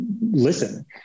listen